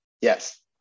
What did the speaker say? Yes